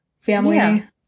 family